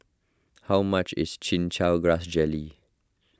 how much is Chin Chow Grass Jelly